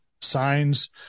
signs